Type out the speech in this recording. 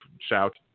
shout